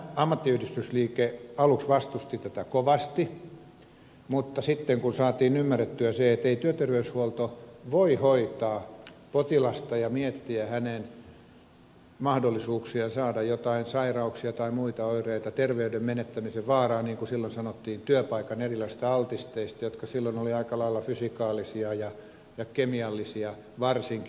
ammattiyhdistysliike aluksi vastusti tätä kovasti mutta sitten saatiin ymmärrettyä se ettei työterveyshuolto voi hoitaa potilasta ja miettiä hänen mahdollisuuksiaan saada jotain sairauksia tai muita oireita terveyden menettämisen vaaraa niin kuin silloin sanottiin työpaikan erilaisista altisteista jotka silloin olivat aikalailla fysikaalisia ja kemiallisia varsinkin